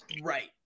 Right